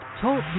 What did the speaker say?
Talk